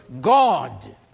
God